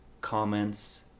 comments